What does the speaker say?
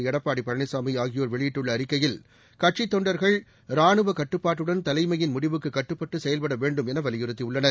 எடப்பாடி பழனிசாமி ஆகியோர் வெளியிட்டுள்ள அறிக்கையில் கட்சித் தொண்டர்கள் ரானுவ கட்டுப்பாட்டுடன் தலைமையின் முடிவுக்கு கட்டுப்பட்டு செயல்பட வேண்டும் என வலியுறுத்தியுள்ளனர்